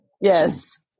Yes